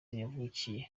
yavukiye